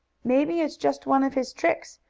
maybe it's just one of his tricks,